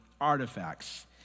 artifacts